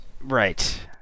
Right